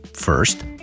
First